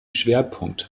schwerpunkt